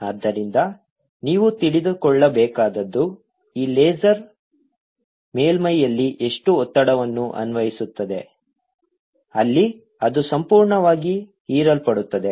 ಆದ್ದರಿಂದ ನೀವು ತಿಳಿದುಕೊಳ್ಳಬೇಕಾದದ್ದು ಈ ಲೇಸರ್ ಮೇಲ್ಮೈಯಲ್ಲಿ ಎಷ್ಟು ಒತ್ತಡವನ್ನು ಅನ್ವಯಿಸುತ್ತದೆ ಅಲ್ಲಿ ಅದು ಸಂಪೂರ್ಣವಾಗಿ ಹೀರಲ್ಪಡುತ್ತದೆ